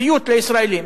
סיוט לישראלים.